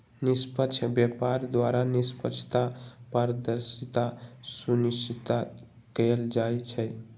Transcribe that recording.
निष्पक्ष व्यापार द्वारा निष्पक्षता, पारदर्शिता सुनिश्चित कएल जाइ छइ